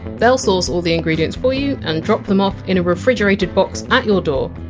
they! ll source all the ingredients for you and drop them off in a refrigerated box at your door.